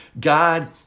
God